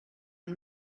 who